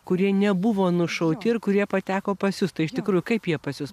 kurie nebuvo nušauti ir kurie pateko pas jus tai iš tikrųjų kaip jie pas jus